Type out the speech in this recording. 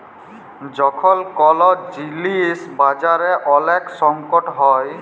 যখল কল জিলিস বাজারে ওলেক সংকট হ্যয়